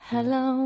Hello